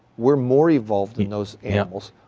were more evolved than those animals,